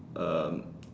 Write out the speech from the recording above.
um